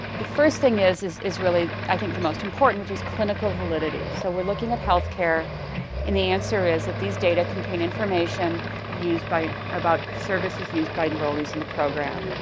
the first thing is, is is really i think the most important which is clinical validity. so we're looking at healthcare and the answer is that these data contain information used by about services used by enrollees in the program.